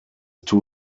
two